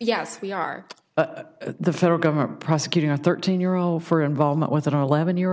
yes we are but the federal government prosecuting a thirteen year old for involvement with an eleven year